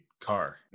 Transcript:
car